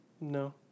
No